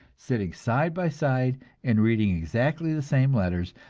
sitting side by side and reading exactly the same letters,